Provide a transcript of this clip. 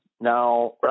Now